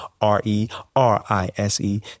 R-E-R-I-S-E